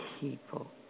people